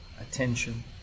attention